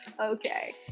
okay